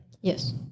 Yes